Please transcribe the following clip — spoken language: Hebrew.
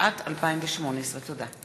התשע"ט 2018. תודה.